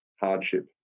hardship